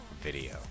video